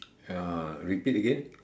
ah repeat again